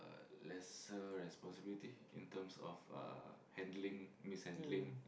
uh lesser responsibility in terms of uh handling mishandling